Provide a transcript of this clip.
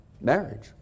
Marriage